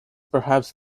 perhaps